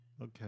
Okay